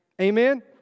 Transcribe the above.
Amen